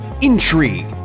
intrigue